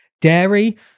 Dairy